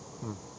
mm